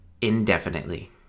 indefinitely